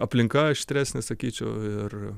aplinka aštresnė sakyčiau ir